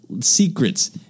Secrets